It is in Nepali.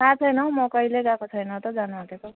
थाहा छैन हौ म कहिले गएको छैन त जानु आँटेको